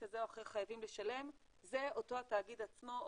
כזה או אחר חייבים לשלם זה אותו תאגיד עצמו,